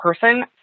person